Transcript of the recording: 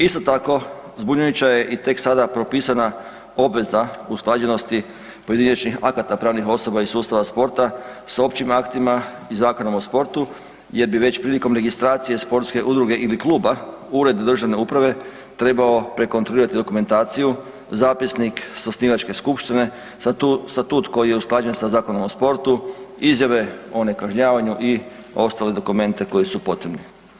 Isto tako zbunjujuća je i tek sada propisana obveza usklađenosti pojedinačnih akata pravnih osoba iz sustava sporta s općim aktima i Zakonom o sportu jer bi već prilikom registracije sportske udruge ili kluba Ured državne uprave trebao prekontrolirati dokumentaciju, zapisnik s osnivačke skupštine, statut koji je usklađen sa Zakonom o sportu, izjave o nekažnjavanju i ostale dokumente koji su potrebni.